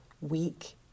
weak